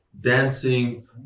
dancing